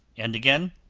and again,